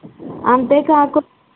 అంతే కాకుం